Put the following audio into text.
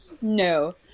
No